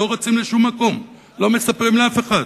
לא רצים לשום מקום, לא מספרים לאף אחד,